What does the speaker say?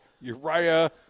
Uriah